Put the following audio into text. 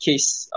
Case